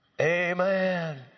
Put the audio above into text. Amen